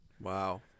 Wow